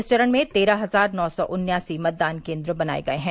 इस चरण में तेरह हजार नौ सौ उन्यासी मतदान केन्द्र बनाये गये हैं